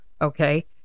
Okay